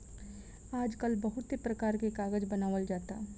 आजकल बहुते परकार के कागज बनावल जाता